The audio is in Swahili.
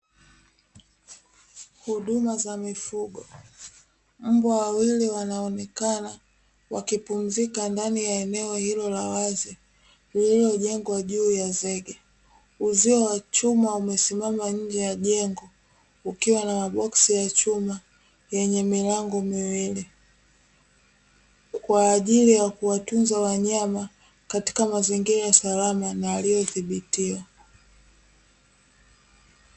Huduma za mifugo, mbwa wawili wanaonekana wakipumzika ndani ya eneo hilo la wazi lilojengwa juu ya zege. Uzio wa chuma umesimama nje ya jengo ukiwa na maboksi ya chuma yenye milango miwili, kwa ajili ya kuwatunza wanyama katika mazingira salama na yaliyo dhibitiwa.